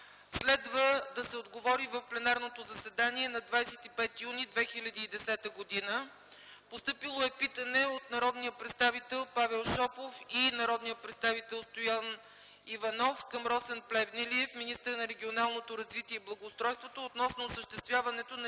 Следва да се отговори в пленарното заседание на 25 юни 2010 г. Постъпило е питане от народните представители Павел Шопов и Стоян Иванов към Росен Плевнелиев - министър на регионалното развитие и благоустройството, относно осъществяването на